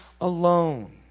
alone